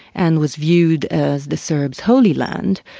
and was viewed as the serbs' holy land,